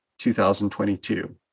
2022